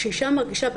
כשאישה מרגישה בטוחה,